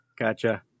Gotcha